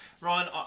Ryan